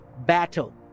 battle